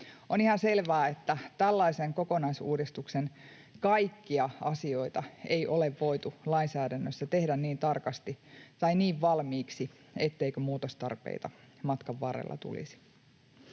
On ihan selvää, että tällaisen kokonaisuudistuksen kaikkia asioita ei ole voitu lainsäädännössä tehdä niin tarkasti tai niin valmiiksi, etteikö muutostarpeita matkan varrella tulisi.